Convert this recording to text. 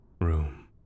room